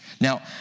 Now